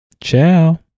Ciao